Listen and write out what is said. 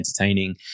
entertaining